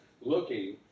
looking